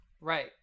Right